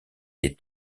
des